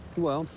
well,